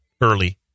early